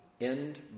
end